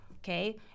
Okay